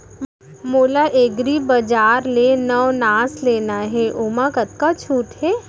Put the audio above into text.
मोला एग्रीबजार ले नवनास लेना हे ओमा कतका छूट हे?